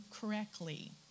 correctly